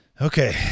Okay